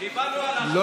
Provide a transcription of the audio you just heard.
חבר הכנסת הרב מרגי.